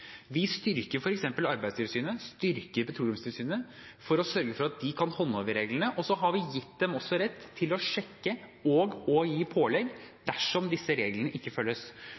Vi styrker f.eks. Arbeidstilsynet og Petroleumstilsynet for å sørge for at de kan håndheve reglene, og vi har også gitt dem rett til å sjekke og gi pålegg dersom disse reglene ikke følges.